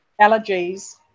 allergies